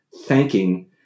thanking